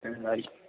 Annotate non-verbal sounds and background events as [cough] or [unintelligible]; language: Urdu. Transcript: [unintelligible]